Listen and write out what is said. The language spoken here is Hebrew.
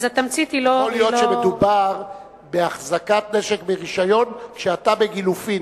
יכול להיות שמדובר בהחזקת נשק ברשיון כשאתה בגילופין,